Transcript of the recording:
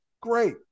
Great